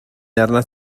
arnat